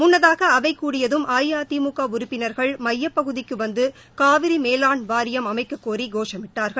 முன்னதாக அவை கூடியதும் அஇஅதிமுக உறுப்பினர்கள் மையப் பகுதிக்கு வந்து காவிரி மேலாண் வாரியம் அமைக்க கோரி கோஷமிட்டார்கள்